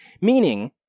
Meaning